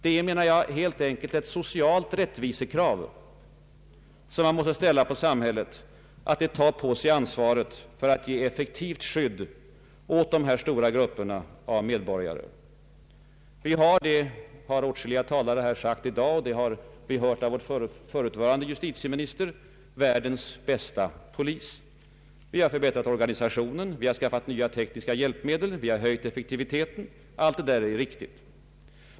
Det är, menar jag, helt enkelt ett ”socialt rättvisekrav”, som man måste ställa på samhället, att det tar på sig ansvaret för att ge effektivt skydd åt dessa stora grupper av medborgare. Vi har — det har åtskilliga talare sagt här i dag och det har vi hört av den förutvarande justitieministern — världens bästa polis. Vi har förbättrat orga nisationen, vi har skaffat nya tekniska hjälpmedel, vi har höjt effektiviteten. Allt detta är riktigt.